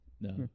No